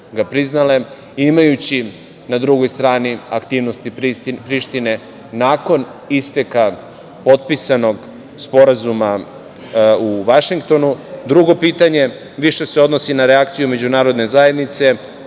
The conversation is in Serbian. imajući na drugoj strani aktivnosti Prištine nakon isteka potpisanog sporazuma u Vašingtonu? Drugo pitanje više se odnosi na reakciju Međunarodne zajednice,